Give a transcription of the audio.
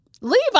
Leave